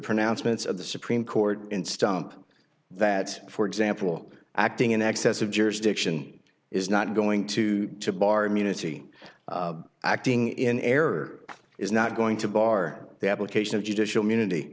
pronouncements of the supreme court in stump that for example acting in excess of jurisdiction is not going to to bar immunity acting in error is not going to bar the application of judicial munity